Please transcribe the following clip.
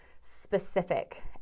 specific